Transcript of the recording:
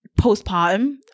postpartum